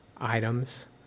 items